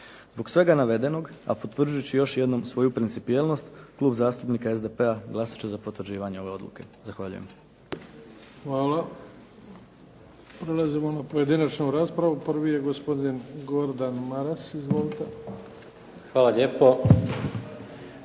Zbog svega navedenog a potvrđujući još jednom svoju principijelnost Klub zastupnika SDP-a glasat će za potvrđivanje ove odluke. Zahvaljujem. **Bebić, Luka (HDZ)** Hvala. Prelazimo na pojedinačnu raspravu. Prvi je gospodin Gordan Maras. Izvolite. **Maras,